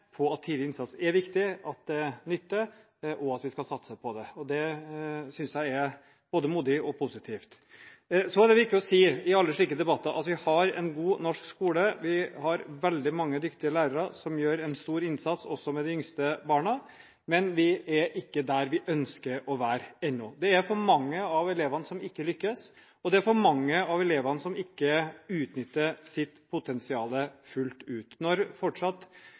at tidlig innsats er viktig, at det nytter, og at vi skal satse på det. Det synes jeg er både modig og positivt. Så er det viktig å si i alle slike debatter at vi har en god norsk skole, vi har veldig mange dyktige lærere som gjør en stor innsats også med de yngste barna, men vi er ikke der vi ønsker å være, ennå. Det er for mange av elevene som ikke lykkes, og det er for mange av elevene som ikke utnytter sitt potensial fullt ut. Når rundt 25 pst. av hvert kull fortsatt